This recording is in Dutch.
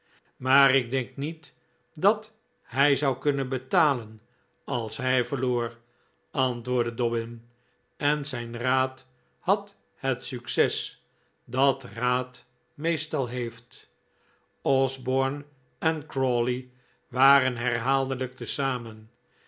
maar ik denk niet dat hij zou kunnen betalen als hij verloor antwoordde dobbin en zijn raad had het succes dat raad meestal heeft osborne en crawley waren herhaaldelijk te zamen